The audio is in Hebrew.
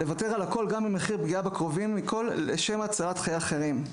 לוותר על הכול גם במחיר פגיעה בקרובים לשם הצלת חיי אחרים.